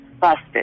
busted